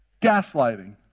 gaslighting